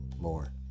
more